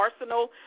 arsenal